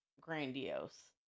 grandiose